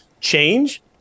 change